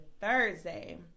Thursday